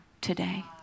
today